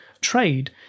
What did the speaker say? trade